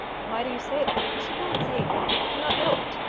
why do you say that? you should not say that. you cannot know it.